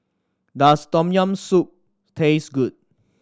does Tom Yam Soup taste good